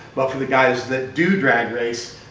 but for the guys that do drag race,